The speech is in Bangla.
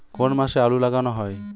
কোন মাসে আলু লাগানো হয়?